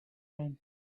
man